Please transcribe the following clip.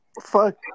Fuck